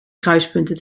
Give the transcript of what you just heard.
kruispunten